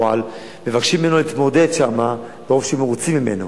מבקשים ממנו להתמודד כי כל כך מרוצים ממנו.